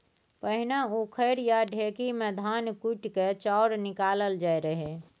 पहिने उखरि या ढेकी मे धान कुटि कए चाउर निकालल जाइ रहय